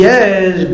Yes